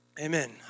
Amen